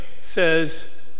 says